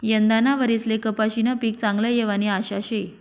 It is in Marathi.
यंदाना वरीसले कपाशीनं पीक चांगलं येवानी आशा शे